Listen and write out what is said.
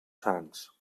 sants